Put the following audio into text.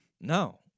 No